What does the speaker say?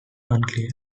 unclear